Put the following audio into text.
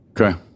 Okay